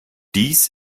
dies